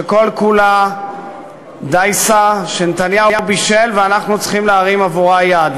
שכל כולה דייסה שנתניהו בישל ואנחנו צריכים להרים עבורה יד.